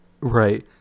Right